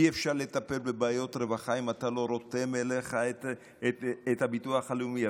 אי-אפשר לטפל בבעיות רווחה אם אתה לא רותם אליך את הביטוח הלאומי.